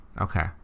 Okay